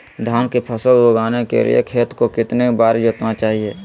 धान की फसल उगाने के लिए खेत को कितने बार जोतना चाइए?